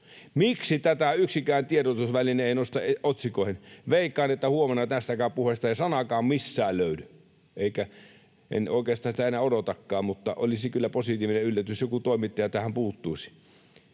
Miksi tätä yksikään tiedotusväline ei nosta otsikoihin? Veikkaan, että huomenna tästäkään puheesta ei sanaakaan mistään löydy. En oikeastaan sitä enää odotakaan, mutta olisi kyllä positiivinen yllätys, jos joku toimittaja tähän puuttuisi.